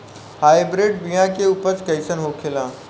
Hybrid बीया के उपज कैसन होखे ला?